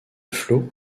flot